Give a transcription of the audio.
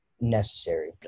necessary